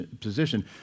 position